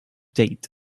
date